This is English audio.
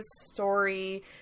story